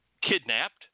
kidnapped